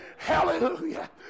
Hallelujah